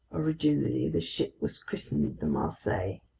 originally this ship was christened the marseillais. it